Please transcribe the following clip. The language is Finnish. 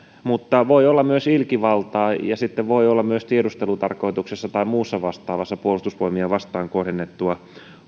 mutta se voi olla myös ilkivaltaa ja sitten se voi olla myös tiedustelutarkoituksessa tai muussa vastaavassa puolustusvoimia vastaan kohdennettua